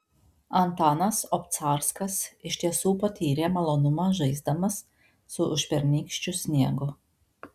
antanas obcarskas iš tiesų patyrė malonumą žaisdamas su užpernykščiu sniegu